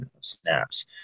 snaps